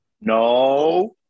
No